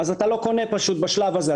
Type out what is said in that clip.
אני לא קונה בשלב הזה.